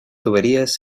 tuberías